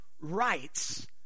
rights